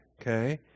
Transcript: okay